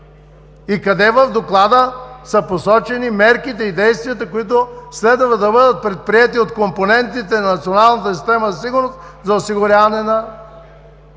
Къде в Доклада са посочени мерките и действията, които следва да бъдат предприети от компонентите на националната